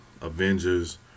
Avengers